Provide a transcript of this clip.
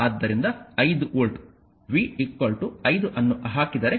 ಆದ್ದರಿಂದ 5ವೋಲ್ಟ್ V 5 ಅನ್ನು ಹಾಕಿದರೆ